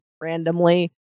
randomly